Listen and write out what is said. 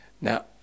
Now